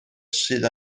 sydd